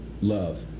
love